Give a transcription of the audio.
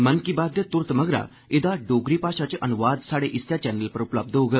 मन की बात दे तुरत मगरा एदा डोगरी भाशा च अनुवाद स्हाडे इस्सै चैनल पर उपलब्ध होग